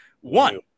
One